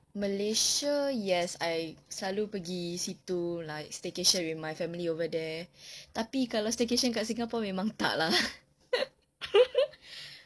malaysia yes I selalu pergi situ like staycation with my family over there tapi kalau staycation dekat singapore memang tak lah